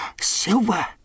Silver